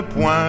point